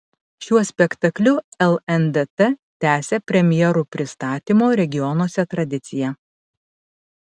šiuo spektakliu lndt tęsia premjerų pristatymo regionuose tradiciją